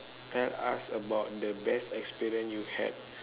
tell us about the best experience you had